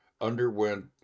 underwent